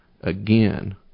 again